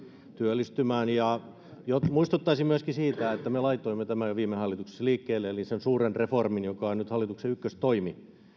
työllistymään muistuttaisin myöskin siitä että me laitoimme tämän jo viime hallituksessa liikkeelle eli sen suuren reformin joka on on nyt hallituksen ykköstoimi